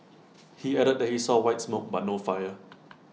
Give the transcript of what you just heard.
he added that he saw white smoke but no fire